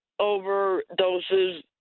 overdoses